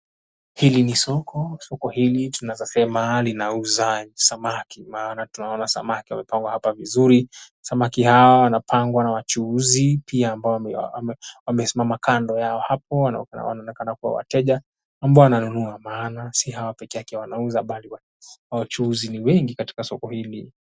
Hili ni soko. 𝑆oko hili tunaweza sema linauza samaki maana tunaona samaki wamepangwa hapa vizuri. 𝑆𝑎𝑚𝑎𝑘𝑖 hawa wanapang𝑤a na wachuuzi pia ambao wamesimama kando yao hapo na wanaonekana ku𝑤a wateja ambao wananunua maana si hao pekeake wanauza bali wachuuzi ni wengi katika soko hili.